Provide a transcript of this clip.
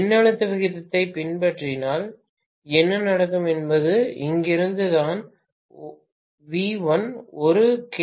மின்னழுத்த விகிதத்தைப் பின்பற்றினால் என்ன நடக்கும் என்பது இங்கிருந்துதான் V1 1கே